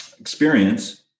experience